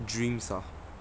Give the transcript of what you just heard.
dreams ah